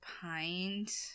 pint